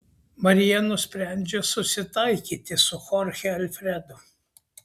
marija nusprendžia susitaikyti su chorche alfredu